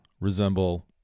resemble